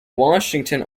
washington